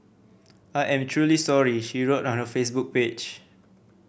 I am truly sorry she wrote on her Facebook page